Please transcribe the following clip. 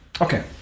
Okay